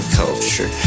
culture